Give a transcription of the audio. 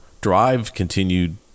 drive-continued